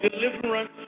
deliverance